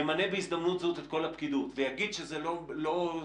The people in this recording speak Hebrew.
ימנה בהזדמנות זאת את כל הפקידות ויגיד שזה לא תואם,